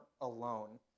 alone